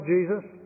Jesus